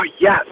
yes